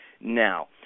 Now